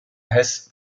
hess